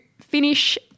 finish